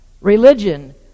Religion